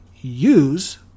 use